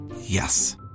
Yes